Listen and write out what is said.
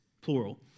Plural